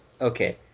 Okay